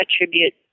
attribute